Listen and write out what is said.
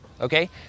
Okay